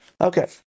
Okay